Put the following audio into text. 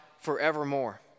forevermore